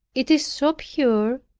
it is so pure,